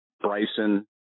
Bryson